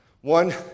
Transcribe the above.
One